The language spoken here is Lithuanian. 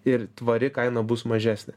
ir tvari kaina bus mažesnė